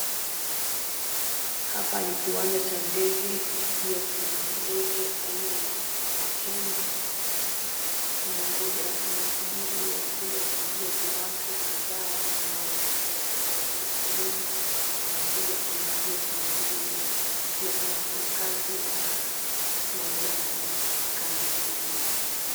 Hapa ni kiwanja cha ndege pia kuna ndege aina ya akendi inasubiri wateja kuingia. Kuna watu kadhaa wanaounga foleni wanangoja kuingia kwenye ndege ile. Pia kuna wafanyikazi wa uwanja wa ndege kando ya ndege hiyo.